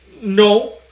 No